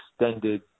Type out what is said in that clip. extended